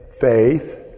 Faith